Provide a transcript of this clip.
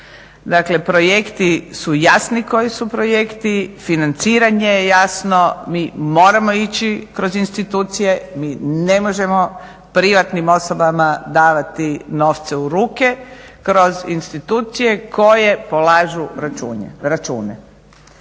dakle projekti su jasni koji su projekti, financiranje je jasno, mi moramo ići kroz institucije, mi ne možemo privatnim osobama davati novce u ruke kroz institucije koje polažu račune.